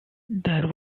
there